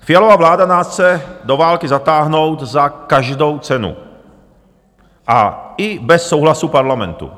Fialova vláda nás chce do války zatáhnout za každou cenu a i bez souhlasu Parlamentu.